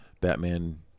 Batman